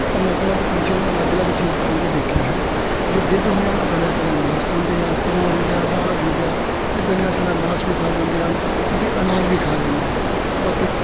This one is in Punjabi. ਅਲੱਗ ਅਲੱਗ ਪੰਛੀਆਂ ਨੂੰ ਅਲੱਗ ਅਲੱਗ ਚੀਜ਼ ਖਾਂਦੇ ਦੇਖਿਆ ਹੈ ਜੋ ਗਿੱਧ ਹੁੰਦੇ ਉਹ ਗਲਿਆ ਸੜਿਆ ਮਾਸ ਖਾਂਦੇ ਆ ਕਾਂ ਹੋ ਗਿਆ ਬਾਜ ਹੋ ਗਿਆ ਇਹ ਗਲਿਆ ਸੜਿਆ ਮਾਸ ਵੀ ਖਾ ਜਾਂਦੇ ਹਨ ਅਤੇ ਅਨਾਜ ਵੀ ਖਾ ਜਾਂਦੇ ਹਨ ਬਾਕੀ